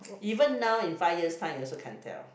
even now in five years time you also can't tell